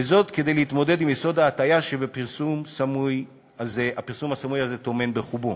וזאת כדי להתמודד עם יסוד ההטעיה שהפרסום הסמוי הזה טומן בחובו.